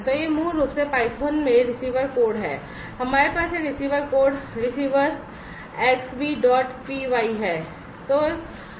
तो यह मूल रूप से python में रिसीवर कोड है हमारे पास यह receiver code receiver Xbee dot P Y है